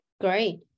great